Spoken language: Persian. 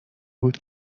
بود